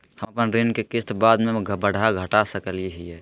हम अपन ऋण के किस्त बाद में बढ़ा घटा सकई हियइ?